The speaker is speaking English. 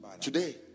Today